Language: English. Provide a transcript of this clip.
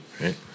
right